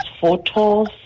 photos